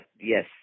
yes